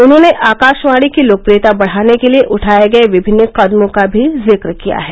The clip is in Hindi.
उन्होंने आकाशवाणी की लोकप्रियता बढ़ाने के लिए उठाये गये विभिन्न कदमों का भी जिक्र किया है